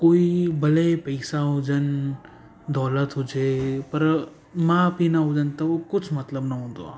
कोई भले ई पैसा हुजनि दौलत हुजे पर माउ पीउ न हुजनि त उहो कुछ मतिलबु न हूंदो आहे